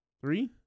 Three